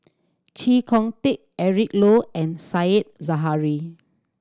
Chee Kong Tet Eric Low and Said Zahari